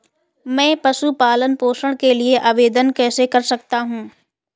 मैं पशु पालन पोषण के लिए आवेदन कैसे कर सकता हूँ?